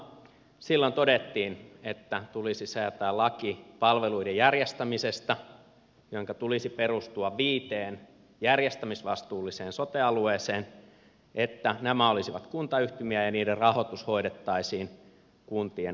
silloin todettiin että tulisi säätää laki palveluiden järjestämisestä jonka tulisi perustua viiteen järjestämisvastuulliseen sote alueeseen että nämä olisivat kuntayhtymiä ja niiden rahoitus hoidettaisiin kuntien kautta